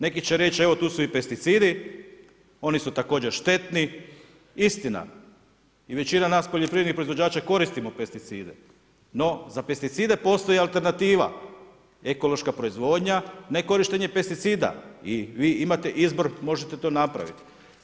Neki će reći evo tu su i pesticidi, oni su također štetni, istina i većina nas poljoprivrednih proizvođača koristimo pesticide, no za pesticide postoji alternativa ekološka proizvodnja ne korištenje pesticida i vi imate izbor možete to napraviti.